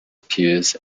pews